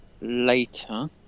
later